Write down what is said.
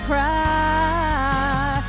cry